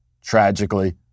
tragically